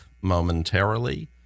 momentarily